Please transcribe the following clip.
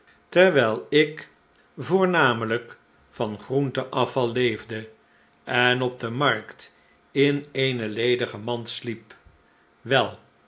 terwijl ik voornamelijk van groentenafval leefde en op de markt in eene ledige mand sliep wei